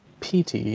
PT